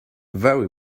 very